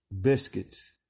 biscuits